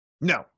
no